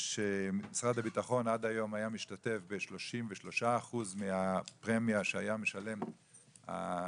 משרד הביטחון עד היום היה משתתף ב-33% מהפרמיה שהיה משלם המבוטח,